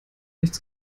nichts